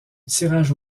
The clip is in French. tirage